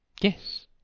Yes